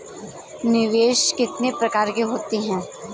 निवेश कितने प्रकार के होते हैं?